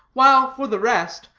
while, for the rest,